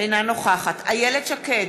אינה נוכחת איילת שקד,